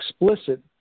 explicit